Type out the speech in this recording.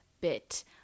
bit